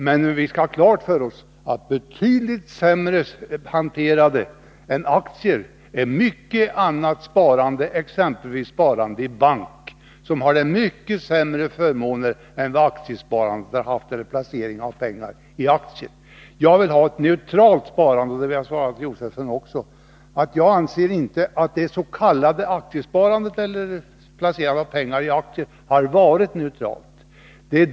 Men vi skall ha klart för oss att betydligt sämre hanterat än aktier är mycket annat sparande, exempelvis sparande i bank, som givit mycket sämre förmåner än placering av pengar i aktier. Jag vill ha ett neturalt sparande. Det vill jag säga till Stig Josefson. Jag anser inte att det s.k. aktiesparandet eller placerandet av pengar i aktier har varit neutralt.